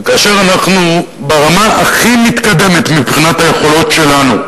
וכאשר אנחנו ברמה הכי מתקדמת מבחינת היכולות שלנו,